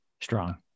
Strong